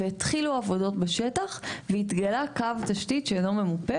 התחילו עבודות בשטח והתגלה קו תשתית שאינו ממופה.